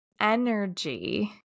energy